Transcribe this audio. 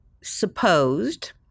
supposed